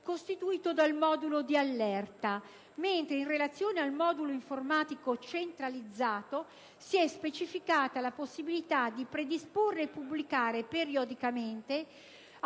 costituito dal modulo di allerta, mentre in relazione al modulo informatico centralizzato è stata specificata la possibilità di predisporre e pubblicare periodicamente